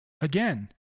Again